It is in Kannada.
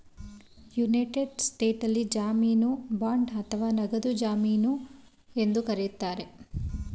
ಯುನೈಟೆಡ್ ಸ್ಟೇಟ್ಸ್ನಲ್ಲಿ ಜಾಮೀನು ಬಾಂಡ್ ಅಥವಾ ನಗದು ಜಮೀನು ಎಂದು ಕರೆಯುತ್ತಾರೆ